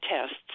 tests